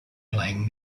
playing